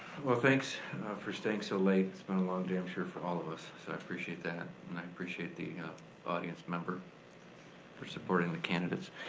well thanks for staying so late. it's been a long day, i'm sure, for all of us, so i appreciate that. and i appreciate the audience member for supporting the candidates.